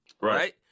right